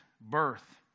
birth